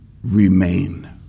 Remain